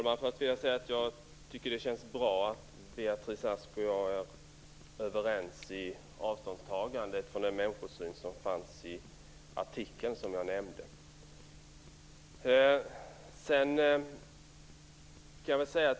Herr talman! Det känns bra att Beatrice Ask och jag är överens i avståndstagandet från den människosyn som uttrycktes i den artikel jag nämnde.